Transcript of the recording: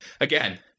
again